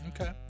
Okay